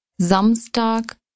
Samstag